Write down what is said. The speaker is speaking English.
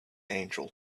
angel